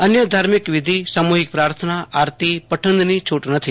અન્ય ધાર્મિક વિધિ સામૂહિક પ્રાર્થના આરતી પઠનની છૂટ નથી